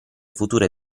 future